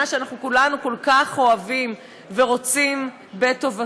שאנחנו כולנו כל כך אוהבים ורוצים בטובתה,